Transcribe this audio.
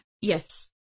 yes